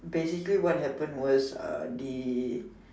basically what happened was uh the